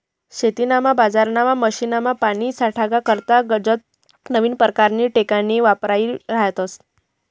शेतीमातीमा, बजारमा, मशीनमा, पानी साठाडा करता गनज नवीन परकारनी टेकनीक वापरायी राह्यन्यात